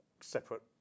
separate